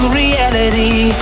reality